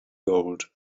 gold